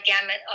gamut